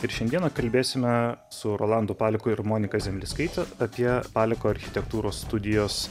ir šiandien kalbėsime su rolandu paleku ir monika zemlickaite apie paleko architektūros studijos